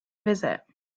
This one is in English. visit